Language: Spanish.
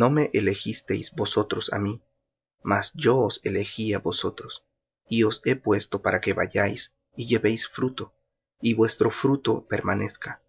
no me elegisteis vosotros á mí mas yo os elegí á vosotros y os he puesto para que vayáis y llevéis fruto y vuestro fruto permanezca